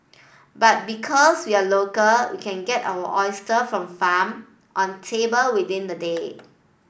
but because we are local we can get our oyster from farm on table within the day